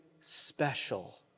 special